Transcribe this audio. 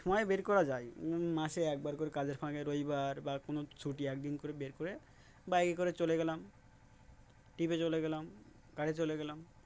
সময় বের করা যায় মাসে একবার করে কাজের ফাঁকে রবিবার বা কোনো ছুটি একদিন করে বের করে বাইকে করে চলে গেলাম ট্রিপে চলে গেলাম কারে চলে গেলাম